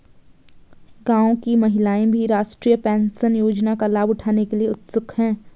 गांव की महिलाएं भी राष्ट्रीय पेंशन योजना का लाभ उठाने के लिए उत्सुक हैं